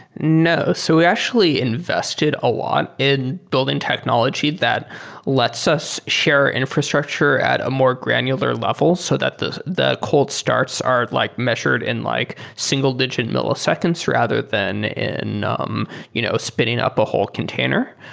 no. so we actually invested a lot in building technology that lets us share infrastructure at a more granular level so that the the cold starts are like measured in like single digit milliseconds rather than um you know spinning up a whole container.